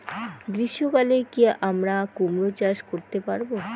গ্রীষ্ম কালে কি আমরা কুমরো চাষ করতে পারবো?